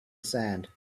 sand